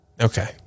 Okay